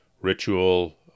ritual